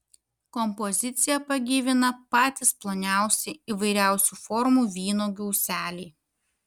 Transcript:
kompoziciją pagyvina patys ploniausi įvairiausių formų vynuogių ūseliai